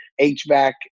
HVAC